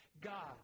God